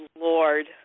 Lord